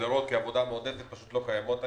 שמוגדרות כעבודה מועדפת לא קיימות היום.